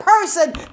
person